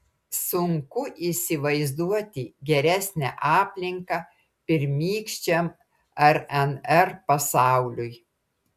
sunku įsivaizduoti geresnę aplinką pirmykščiam rnr pasauliui